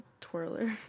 twirler